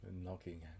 knocking